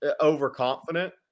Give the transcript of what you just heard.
overconfident